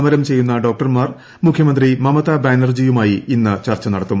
സമരം ചെയ്യുന്ന ഡോക്ടർമാർ മുഖ്യമന്ത്രി മമതാ ബാനർജിയുമായി ഇന്ന് ചർച്ച നടത്തും